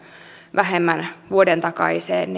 vähemmän verrattuna vuoden takaiseen